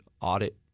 audit